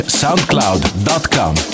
soundcloud.com